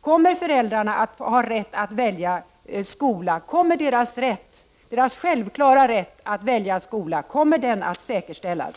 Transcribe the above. Kommer föräldrarna att ha rätt att välja skola — kommer deras självklara rätt att välja skola att säkerställas?